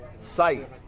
site